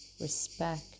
respect